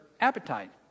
appetite